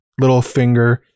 Littlefinger